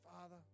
Father